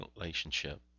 relationship